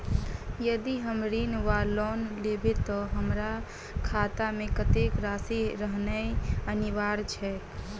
यदि हम ऋण वा लोन लेबै तऽ हमरा खाता मे कत्तेक राशि रहनैय अनिवार्य छैक?